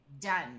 done